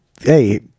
Hey